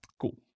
Cool